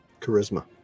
Charisma